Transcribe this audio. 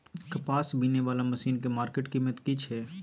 कपास बीनने वाला मसीन के मार्केट कीमत की छै?